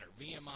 VMI